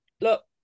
Look